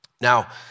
Now